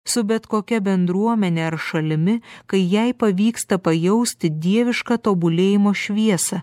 su bet kokia bendruomene ar šalimi kai jai pavyksta pajausti dievišką tobulėjimo šviesą